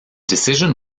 decision